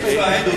2008,